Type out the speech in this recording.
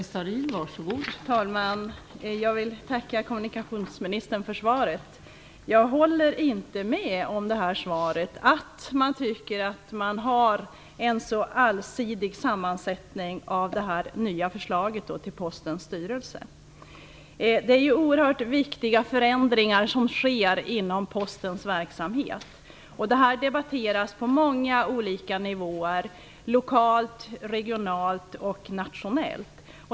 Fru talman! Jag vill tacka kommunikationsministern för svaret. Jag håller inte med om att det är en allsidig sammansättning av Postens styrelse. Det sker oerhört viktiga förändringar inom Postens verksamhet. Detta debatteras på många olika nivåer: lokalt, regionalt och nationellt.